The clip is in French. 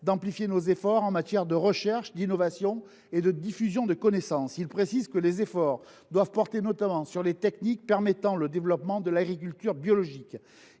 d’amplifier nos efforts en matière de recherche, d’innovation et de diffusion de connaissances : ceux ci doivent porter notamment sur les techniques permettant le développement de l’agriculture biologique.